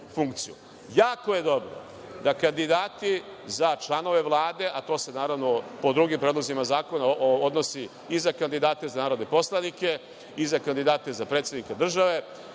je dobro da kandidati za članove Vlade, a to se naravno po drugim predlozima zakona odnosi i za kandidate za narodne poslanike i za kandidate za predsednika države,